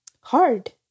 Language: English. hard